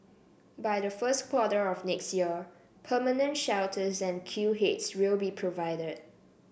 by the first quarter of next year permanent shelters and queue heads will be provided